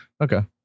okay